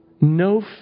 no